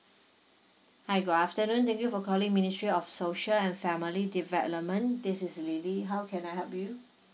hi good afternoon thank you for calling ministry of social and family development this is lily how can I help you